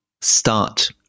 start